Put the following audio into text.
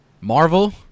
Marvel